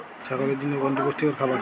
ছাগলের জন্য কোনটি পুষ্টিকর খাবার?